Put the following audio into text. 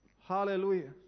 Hallelujah